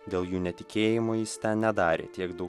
dėl jų netikėjimo jis ten nedarė tiek daug